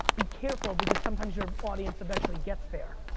be careful because sometimes your audience eventually gets there.